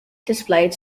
displayed